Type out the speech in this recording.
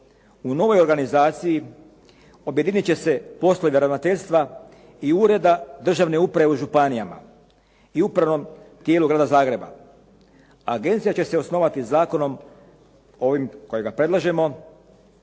U novoj organizaciji objedinit će se poslovi ravnateljstva i ureda državne uprave u županijama i upravnom tijelu Grada Zagreba a agencija će se osnovati zakonom ovim kojega predlažemo